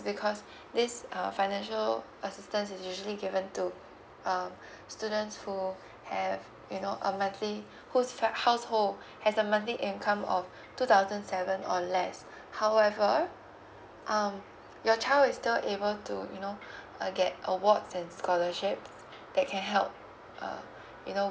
because this uh financial assistance is usually given to uh student who have you know a monthly whose fam~ household has a monthly income of two thousand seven or less however um your child is still able to you know uh get awards and scholarship that can help uh you know